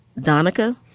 Donica